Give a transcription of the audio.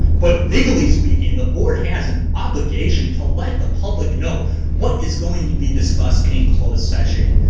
but legally speaking the board has an obligation to let the public know what is going to be discussed in closed session.